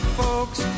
folks